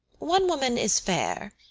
one woman is fair,